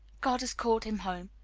god has called him home.